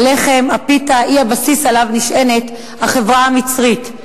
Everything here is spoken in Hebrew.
הלחם, הפיתה, היא הבסיס שעליו נשענת החברה המצרית.